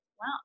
Wow